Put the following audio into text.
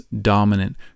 dominant